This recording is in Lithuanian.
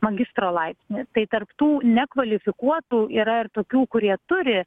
magistro laipsnį tai tarp tų nekvalifikuotų yra ir tokių kurie turi